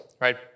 right